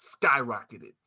skyrocketed